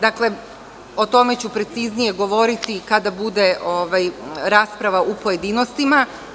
Dakle, o tome ću preciznije govoriti kada bude rasprava u pojedinostima.